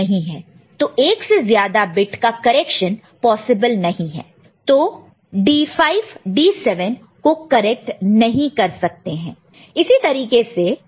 तो एक से ज्यादा बिट का करेक्शन पॉसिबल नहीं है तो D D7 को करेक्ट नहीं कर सकते हैं